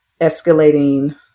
escalating